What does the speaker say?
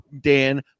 Dan